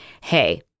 Hey